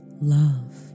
love